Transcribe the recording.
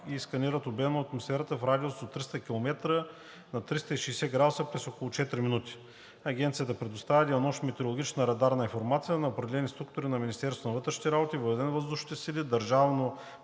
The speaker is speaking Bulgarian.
и сканират обемно атмосферата в радиус от 300 км на 360 градуса през около четири минути. Агенцията предоставя денонощно метеорологична радарна информация на определени структури към Министерството на вътрешните работи, Военновъздушните сили, Държавно